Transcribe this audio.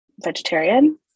vegetarian